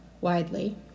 widely